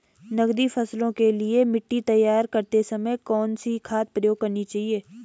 नकदी फसलों के लिए मिट्टी तैयार करते समय कौन सी खाद प्रयोग करनी चाहिए?